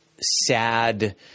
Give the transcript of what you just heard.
sad